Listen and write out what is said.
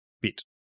bit